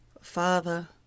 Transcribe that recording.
Father